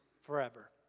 forever